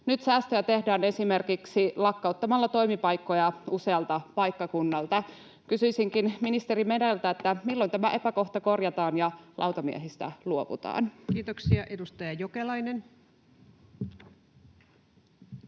Nyt säästöjä tehdään esimerkiksi lakkauttamalla toimipaikkoja usealta paikkakunnalta. Kysyisinkin ministeri Mereltä: milloin tämä epäkohta korjataan ja lautamiehistä luovutaan? [Speech 339] Speaker: